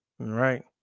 right